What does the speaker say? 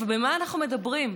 במה אנחנו מדברים?